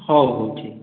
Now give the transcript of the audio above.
ହଉ ହଉ ଠିକ୍